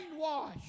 brainwashed